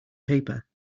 paper